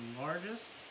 largest